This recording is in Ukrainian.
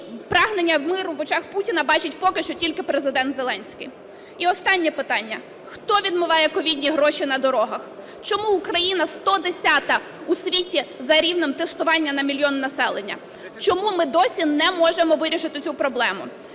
прагнення миру в очах Путіна бачить поки що тільки Президент Зеленський. І останнє питання: "Хто відмиває "ковідні" гроші на дорогах?" Чому Україна 110-а у світі за рівнем тестування на мільйон населення? Чому ми досі не можемо вирішити цю проблему?